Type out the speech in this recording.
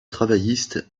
travailliste